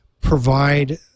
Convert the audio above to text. provide